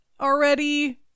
already